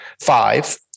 Five